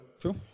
True